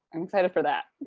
i'm excited for that.